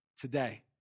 today